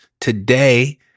today